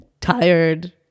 tired